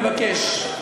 אני מבקש.